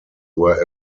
were